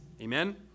Amen